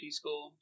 school